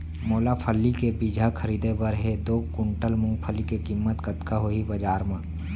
मोला फल्ली के बीजहा खरीदे बर हे दो कुंटल मूंगफली के किम्मत कतका होही बजार म?